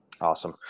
Awesome